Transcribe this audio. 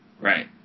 Right